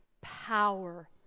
power